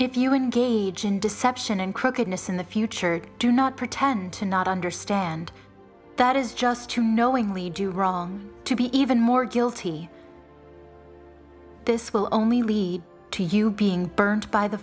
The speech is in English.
if you engage in deception and crookedness in the future do not pretend to not understand that is just to knowingly do wrong to be even more guilty this will only lead to you being burnt by the